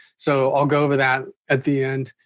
so i'll go over that at the end.